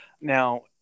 Now